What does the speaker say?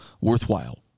worthwhile